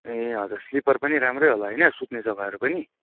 ए हजुर स्लिपर पनि राम्रै होला होइन सुत्ने जग्गाहरू पनि